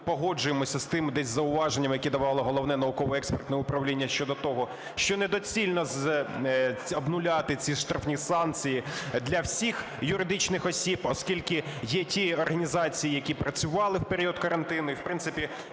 погоджуємося з тими десь зауваженнями, які давало Головне науково-експертне управління щодо того, що недоцільно обнуляти ці штрафні санкції для всіх юридичних осіб, оскільки є ті організації, які працювали в період карантину,